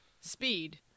Speed